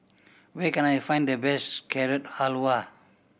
where can I find the best Carrot Halwa